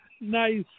Nice